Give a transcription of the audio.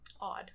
odd